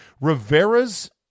Rivera's